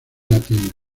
latinas